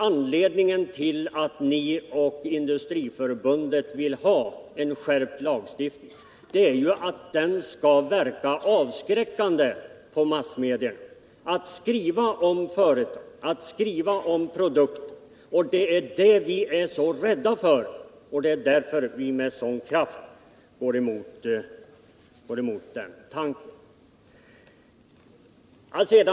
Anledningen till att ni moderater och Industriförbundet vill ha en skärpt lagstiftning är att den skall verka avskräckande på massmedierna när det gäller att skriva om företag och deras produkter. Det är det vi är så rädda för, och det är därför vi med sådan kraft går emot den tanken.